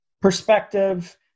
perspective